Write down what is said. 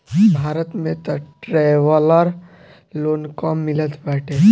भारत में तअ traveller loan कम मिलत बाटे